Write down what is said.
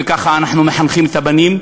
וככה אנחנו מחנכים את הבנים,